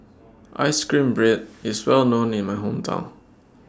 Ice Cream Bread IS Well known in My Hometown